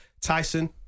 Tyson